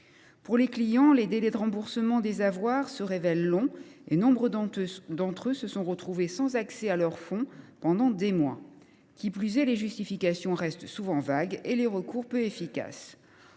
Pour les clients, les délais de remboursement des avoirs se révèlent longs et nombre d’entre eux se sont retrouvés sans accès à leurs fonds pendant des mois. Qui plus est, les justifications restent souvent vagues et les recours peu efficaces.